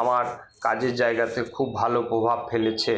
আমার কাজের জায়গাতেও খুব ভালো প্রভাব ফেলেছে